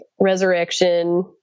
resurrection